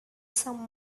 some